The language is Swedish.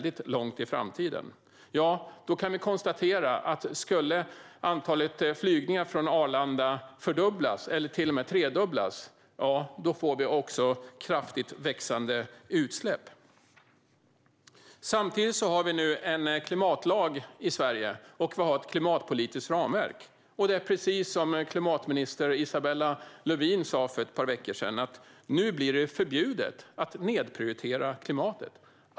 Någon gång i framtiden har vi kanske elektrifierade flygplan, men det får man nog betrakta som något som ligger väldigt långt fram i tiden. I Sverige har vi dock samtidigt en klimatlag och ett klimatpolitiskt ramverk. Det är precis som klimatminister Isabella Lövin sa för ett par veckor sedan: Nu blir det förbjudet att nedprioritera klimatet.